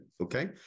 Okay